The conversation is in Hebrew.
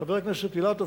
חבר הכנסת אילטוב,